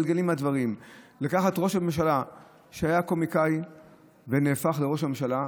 לקחת ראש ממשלה שהיה קומיקאי ונהפך לראש ממשלה,